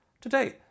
today